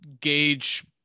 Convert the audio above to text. gauge